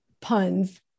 puns